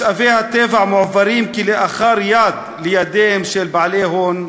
משאבי הטבע מועברים כלאחר יד לידיהם של בעלי הון.